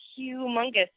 humongous